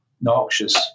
noxious